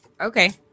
okay